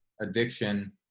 addiction